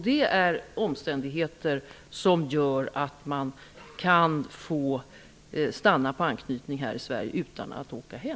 Det är omständigheter som gör att man kan få stanna på grund av anhöriganknytning här i Sverige utan att åka hem.